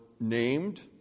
named